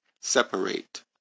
separate